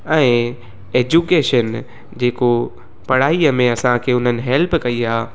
ऐं ऐजुकेशन जेको पढ़ाईअ में असांखे उन्हनि हेल्प कई आहे